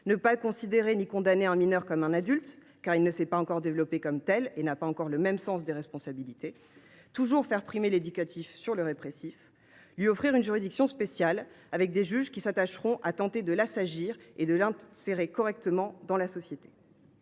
Ne pas considérer ni condamner un mineur comme un adulte, car il ne s’est pas encore développé comme tel et n’a pas encore le même sens des responsabilités ; toujours faire primer l’éducatif sur le répressif ; offrir au mineur une juridiction spéciale, avec des juges qui s’attacheront à tenter de l’assagir et à l’insérer correctement dans la société.